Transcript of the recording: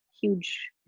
huge